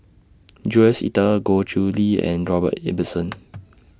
Jules Itier Goh Chiew Lye and Robert Ibbetson